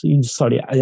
sorry